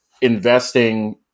investing